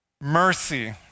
Mercy